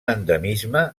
endemisme